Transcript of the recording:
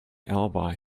alibi